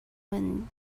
when